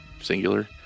singular